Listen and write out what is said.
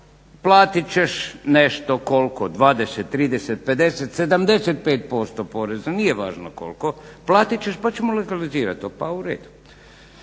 platit ćeš nešto, koliko 20, 30, 50, 75% poreza. Nije važno koliko, platit ćeš pa ćemo legalizirati to, pa u redu.